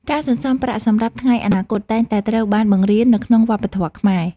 ការសន្សំប្រាក់សម្រាប់ថ្ងៃអនាគត តែងតែត្រូវបានបង្រៀននៅក្នុងវប្បធម៌ខ្មែរ។